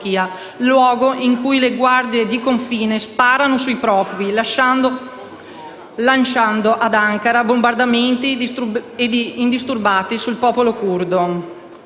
luogo in cui le guardie di confine sparano sui profughi, lasciando Ankara bombardare indisturbata il popolo curdo.